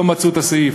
לא מצאו את הסעיף,